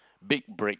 big break